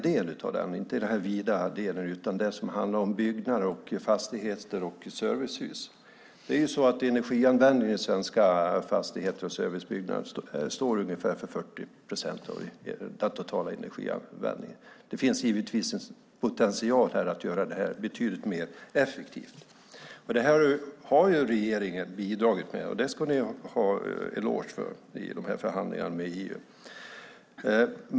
Det handlar inte om den vida delen utan om det som gäller byggnader, fastigheter och servicehus. Energianvändningen i svenska fastigheter och servicebyggnader står för ungefär 40 procent av den totala energianvändningen. Det finns givetvis en potential att göra detta betydligt mer effektivt. Det har regeringen bidragit med i förhandlingarna med EU, och det ska man ha en eloge för.